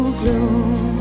gloom